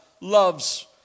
loves